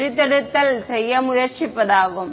பிரித்தெடுத்தல் செய்ய முயற்சிப்பதாகும்